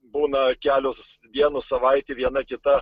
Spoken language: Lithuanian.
būna kelios dienos savaitė viena kita